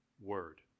word